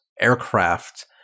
aircraft